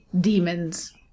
demons